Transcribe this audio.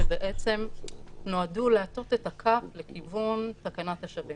שבעצם נועדו להטות את הכף לכיוון תקנת השבים.